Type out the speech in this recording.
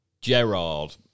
Gerard